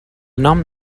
nom